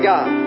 God